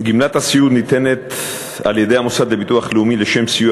גמלת הסיעוד ניתנת על-ידי המוסד לביטוח לאומי לשם סיוע